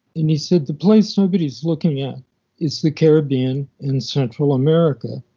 and he said the place nobody is looking at is the caribbean and central america.